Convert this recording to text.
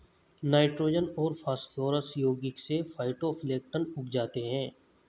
nitrogen और phosphorus यौगिक से फाइटोप्लैंक्टन उग जाते है